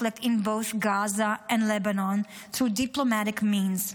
in both Gaza and Lebanon through diplomatic means.